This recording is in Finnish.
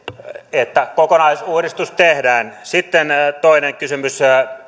että kokonaisuudistus tehdään sitten toinen kysymys